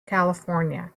california